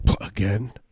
Again